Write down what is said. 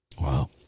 wow